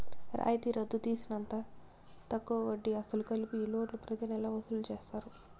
రాయితీ రద్దు తీసేసినంత తక్కువ వడ్డీ, అసలు కలిపి ఈ లోన్లు ప్రతి నెలా వసూలు చేస్తారు